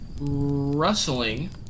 rustling